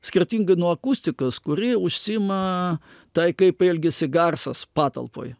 skirtingai nuo akustikos kuri užsiima tai kaip elgiasi garsas patalpoj